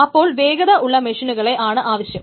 അപ്പോൾ വേഗത ഉള്ള മെഷിനുകളെ ആണ് ആവശ്യം